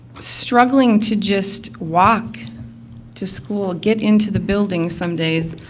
struggling to just walk to school, get into the building some days.